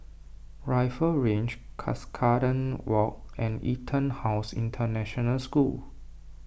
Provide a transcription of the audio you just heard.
Rifle Range Cuscaden Walk and EtonHouse International School